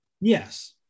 Yes